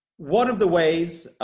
one of the ways